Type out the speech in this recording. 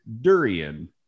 durian